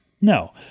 No